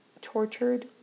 tortured